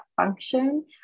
function